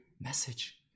message